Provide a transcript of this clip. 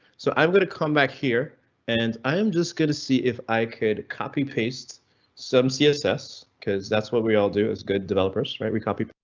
so i'm going to come back here and i am just going to see if i could copy paste some css s cause that's what we all do is good developers right? we copy.